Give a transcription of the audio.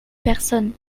personne